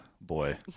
boy